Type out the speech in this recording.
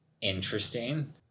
Interesting